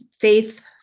faith